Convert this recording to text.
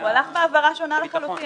הוא הלך בהעברה השנה לחלוטין.